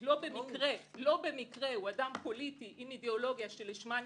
לא במקרה הוא אדם פוליטי עם אידיאולוגיה שלשמה נבחר,